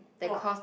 !wah!